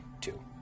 two